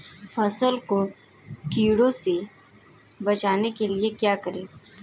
फसल को कीड़ों से बचाने के लिए क्या करें?